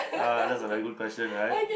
ah that's a very good question right